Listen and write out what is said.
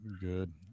Good